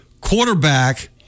quarterback